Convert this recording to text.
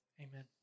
Amen